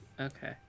Okay